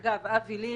אגב, אבי ליכט,